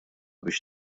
biex